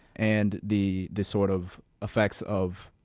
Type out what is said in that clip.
and the the sort of effects of,